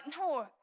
No